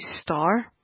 star